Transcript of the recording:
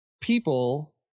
people